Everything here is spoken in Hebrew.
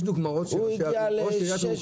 יש דוגמאות של --- הוא הגיע ל-6.5.